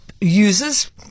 users